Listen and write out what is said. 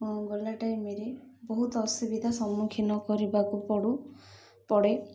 ଗଲା ଟାଇମ୍ରେ ବହୁତ ଅସୁବିଧା ସମ୍ମୁଖୀନ କରିବାକୁ ପଡ଼ୁ ପଡ଼େ